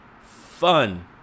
fun